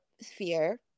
sphere